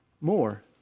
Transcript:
more